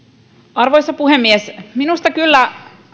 arvoisa puhemies minusta kyllä